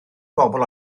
bobl